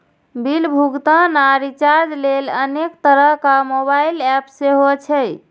bill भुगतान आ recharge लेल अनेक तरहक मोबाइल एप सेहो छै